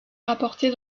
rapportés